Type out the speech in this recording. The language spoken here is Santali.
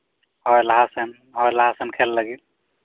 ᱦᱳᱭ ᱞᱟᱦᱟᱥᱮᱱ ᱦᱳᱭ ᱞᱟᱦᱟᱥᱮᱱ ᱠᱷᱮᱞ ᱞᱟᱹᱜᱤᱫ